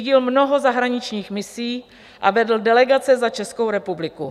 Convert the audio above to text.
Řídil mnoho zahraničních misí a vedl delegace za Českou republiku.